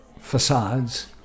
facades